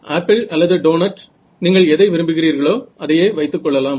apple அல்லது doughnut எதை நீங்கள் விரும்புகிறீர்களோ அதையே வைத்துக் கொள்ளலாம்